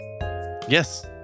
Yes